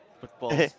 football